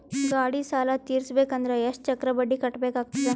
ಗಾಡಿ ಸಾಲ ತಿರಸಬೇಕಂದರ ಎಷ್ಟ ಚಕ್ರ ಬಡ್ಡಿ ಕಟ್ಟಬೇಕಾಗತದ?